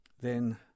Then